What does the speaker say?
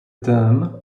term